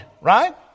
right